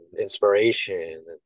inspiration